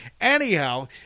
Anyhow